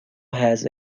has